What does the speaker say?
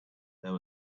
there